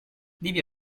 devi